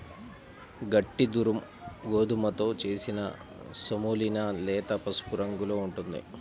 గట్టి దురుమ్ గోధుమతో చేసిన సెమోలినా లేత పసుపు రంగులో ఉంటుంది